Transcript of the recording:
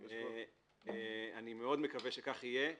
אני מאוד מקווה שכך יהיה,